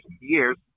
years